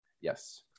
Yes